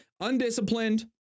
undisciplined